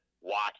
watch